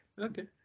okay